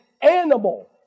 animal